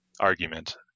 argument